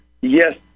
yes